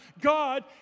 God